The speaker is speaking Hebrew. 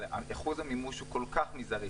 אבל אחוז המימוש הוא כל כך מזערי.